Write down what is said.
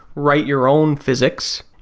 write your own physics,